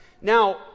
Now